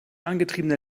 angetriebene